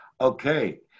Okay